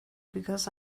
because